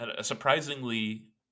surprisingly